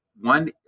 One